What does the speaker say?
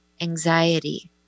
anxiety